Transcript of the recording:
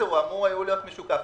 הוא אמור להיות משוקף.